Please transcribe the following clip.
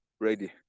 ready